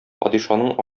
падишаның